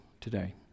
today